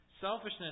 Selfishness